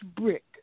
brick